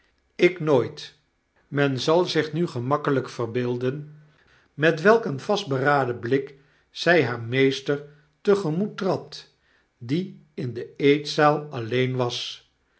ik nooit men zal zich nu gemakkelyk verbeelden met welk een vastberaden blik zy haar meester te gemoet trad die in de eetzaal alleen was